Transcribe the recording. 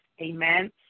Amen